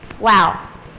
Wow